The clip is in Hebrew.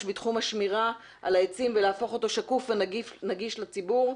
בתחום השמירה על העצים ולהפוך אותו שקוף ונגיש לציבור.